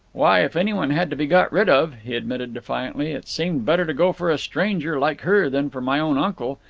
why, if anyone had to be got rid of, he admitted defiantly, it seemed better to go for a stranger, like her, than for my own uncle.